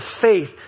faith